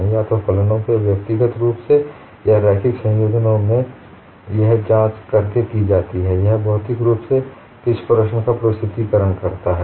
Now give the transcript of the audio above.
या तो फलनों की व्यक्तिगत रूप से या रैखिक संयोजनों में जांच यह देखने के लिए की जाती है कि यह भौतिक रूप से किस प्रश्न का प्रस्तुतीकरण करता है